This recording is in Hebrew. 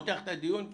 פותח את הדיון.